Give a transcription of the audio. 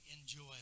enjoy